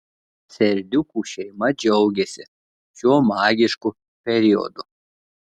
serdiukų šeima džiaugiasi šiuo magišku periodu